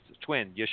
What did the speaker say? twin